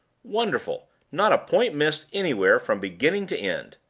wonderful! not a point missed anywhere from beginning to end!